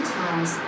times